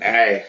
Hey